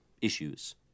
issues